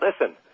Listen